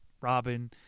Robin